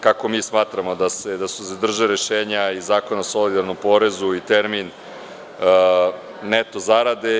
Kako mi smatramo da se zadrže rešenja iz Zakona o solidarnom porezu i termin neto zarade.